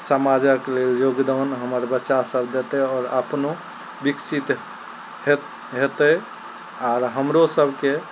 समाजक लेल योगदान हमर बच्चा सब देतय आओर अपनो विकसित हेत हेतैय आर हमरो सबके